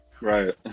right